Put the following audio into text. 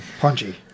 Punchy